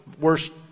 worst